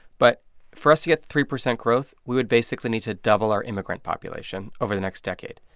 but for us to get three percent growth, we would basically need to double our immigrant population over the next decade.